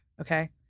Okay